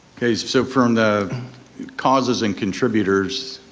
okay, so from the causes and contributors,